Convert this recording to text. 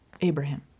Abraham